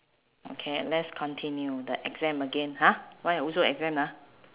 okay and let's continue the exam again !huh! why also exam ah